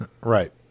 Right